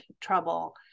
trouble